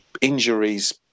injuries